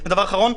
דבר אחרון,